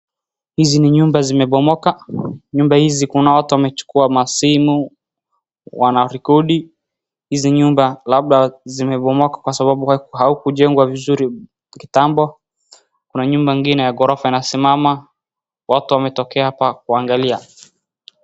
Hizi ni nyumba zimebomoka. Nyumba hizi kuna watu wamechukua masimu wanarekodi hizi nyumba labda zimebomoka kwa sababu haukujengwa vizuri, kitambo kuna nyumba ingine ya ghorofa inasimama, watu wametokea hapa kuangalia.